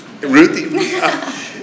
Ruthie